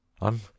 I'm